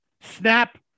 Snap